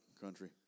country